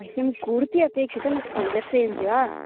मह्यं कुर्ति अपेक्षितमस्ति दर्शयन्ति वा